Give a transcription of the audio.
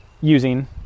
using